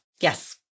Yes